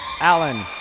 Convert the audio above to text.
Allen